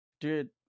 Dude